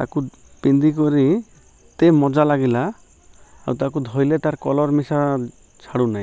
ତାକୁ ପିନ୍ଧିିକରିତେ ମଜା ଲାଗିଲା ଆଉ ତାକୁ ଧଇଲେ ତାର କଲର୍ ମିଶା ଛାଡ଼ୁ ନାହିଁ